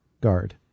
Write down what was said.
guard